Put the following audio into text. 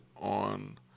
on